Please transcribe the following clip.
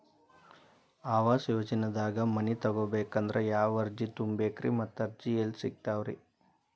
ಆವಾಸ ಯೋಜನೆದಾಗ ಮನಿ ತೊಗೋಬೇಕಂದ್ರ ಯಾವ ಅರ್ಜಿ ತುಂಬೇಕ್ರಿ ಮತ್ತ ಅರ್ಜಿ ಎಲ್ಲಿ ಸಿಗತಾವ್ರಿ?